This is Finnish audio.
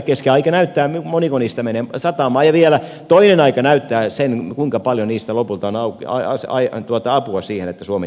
aika näyttää moniko niistä menee satamaan ja vielä toinen aika näyttää sen kuinka paljon niistä lopulta on apua siihen että suomi tästä nousee